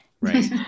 right